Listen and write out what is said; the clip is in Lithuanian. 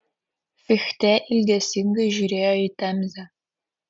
fichtė ilgesingai žiūrėjo į temzę